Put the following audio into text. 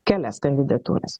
kelias kandidatūras